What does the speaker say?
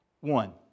one